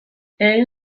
egin